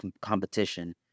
competition